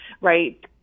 right